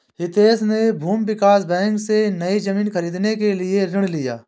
हितेश ने भूमि विकास बैंक से, नई जमीन खरीदने के लिए ऋण लिया